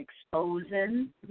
exposing